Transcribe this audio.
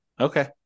Okay